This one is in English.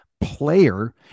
player